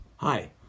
Hi